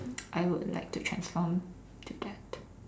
I would like to transform to that